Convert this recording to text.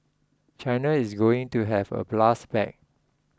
China is going to have a blast back